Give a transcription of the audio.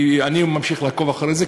אני ממשיך לעקוב אחרי זה,